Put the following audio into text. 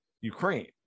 ukraine